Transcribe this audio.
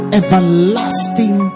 everlasting